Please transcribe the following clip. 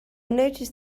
noticed